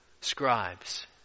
scribes